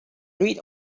read